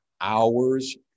hours